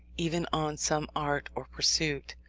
even on some art or pursuit,